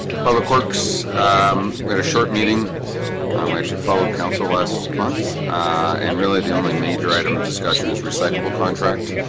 public works um a short meeting um actually followed council last month and really the only major item of discussion is recyclable contract